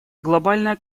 глобальная